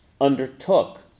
undertook